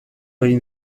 egin